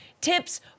tips